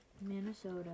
Minnesota